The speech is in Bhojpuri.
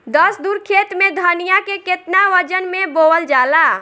दस धुर खेत में धनिया के केतना वजन मे बोवल जाला?